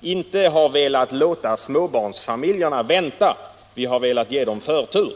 inte har velat låta småbarnsfamiljerna vänta utan velat ge dem förtur.